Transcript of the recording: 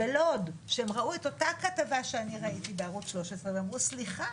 שהם ראו את אותה כתבה שאני ראיתי בערוץ 13 ואמרו: סליחה,